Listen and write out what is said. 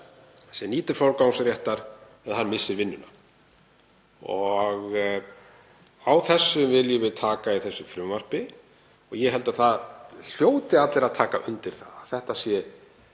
sem nýtur forgangsréttar eða hann missir vinnuna. Á þessu viljum við taka í þessu frumvarpi og ég held að það hljóti allir að taka undir að þetta sé